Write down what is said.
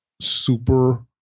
super